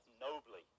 nobly